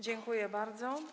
Dziękuję bardzo.